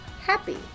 happy